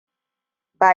ba